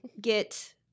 get